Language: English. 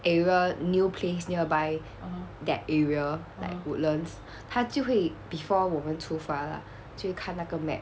area new place nearby that area like woodlands 他就会 before 我们出发 lah 就会看那个 map